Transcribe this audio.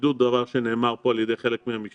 בידוד דבר שנאמר פה על ידי חלק מהמשתתפים.